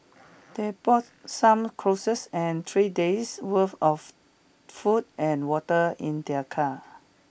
they bought some clothes and three days' worth of food and water in their car